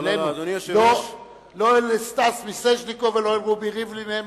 לא אל סטס מיסז'ניקוב ולא אל רובי ריבלין, הם